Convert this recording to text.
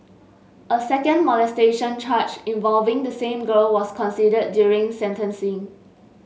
a second molestation charge involving the same girl was considered during sentencing